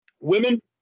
Women